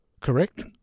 correct